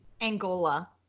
Angola